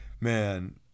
man